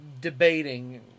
debating